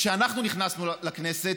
כשאנחנו נכנסנו לכנסת,